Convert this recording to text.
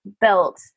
built